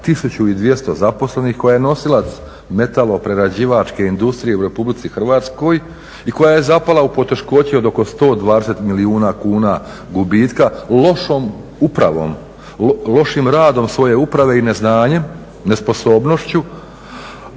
1200 zaposlenih, koja je nosilac metaloprerađivačke industrije u Republici Hrvatskoj i koja je zapala u poteškoće od oko 120 milijuna kuna gubitka lošom upravom, lošim radom svoje uprave i neznanjem, nesposobnošću.